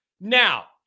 now